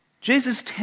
Jesus